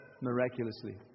Miraculously